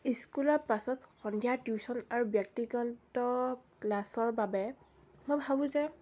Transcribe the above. স্কুলৰ পাছত সন্ধিয়া টিউশ্যন আৰু ব্যক্তিগত ক্লাছৰ বাবে মই ভাবোঁ যে